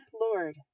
Lord